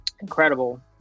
Incredible